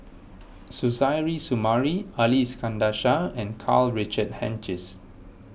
Suzairhe Sumari Ali Iskandar Shah and Karl Richard Hanitsch